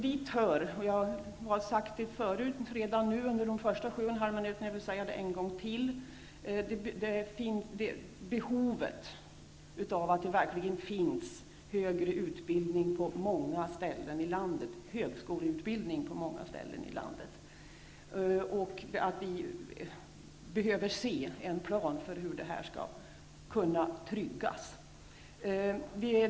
Dit hör -- jag har redan sagt det under de första sju och en halv minuterna, och jag vill säga det en gång till -- behovet av att det verkligen finns högskoleutbildning på många ställen i landet; vi behöver se en plan för hur det skall kunna tryggas.